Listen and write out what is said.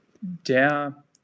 der